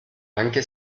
anche